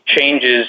changes